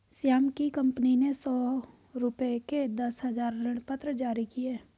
श्याम की कंपनी ने सौ रुपये के दस हजार ऋणपत्र जारी किए